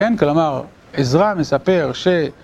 אין כלומר עזרא מספר ש...